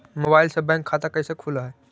Mobile से bank खाता कैसे खुल है?